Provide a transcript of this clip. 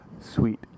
Sweet